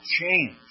change